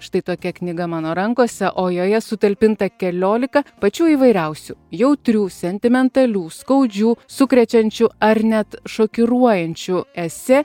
štai tokia knyga mano rankose o joje sutalpinta keliolika pačių įvairiausių jautrių sentimentalių skaudžių sukrečiančių ar net šokiruojančių esė